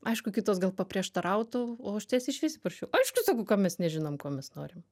aišku kitos gal paprieštarautų o aš tiesiai šviesiai parašiau aišku sakau ka mes nežinom ko mes norim